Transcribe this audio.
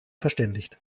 verständigt